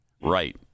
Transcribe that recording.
Right